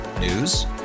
news